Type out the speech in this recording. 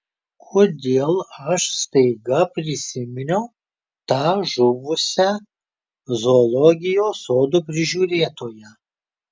kodėl aš staiga prisiminiau tą žuvusią zoologijos sodo prižiūrėtoją